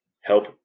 help